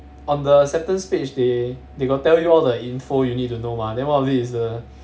on the acceptance page they they got tell you all the info you need to know mah then one of it is the